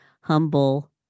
humble